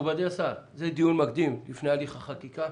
מכובדי השר, זה דיון מקדים לפני הליך החקיקה.